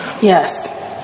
Yes